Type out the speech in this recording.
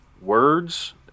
words